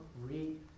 read